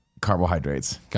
Carbohydrates